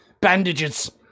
bandages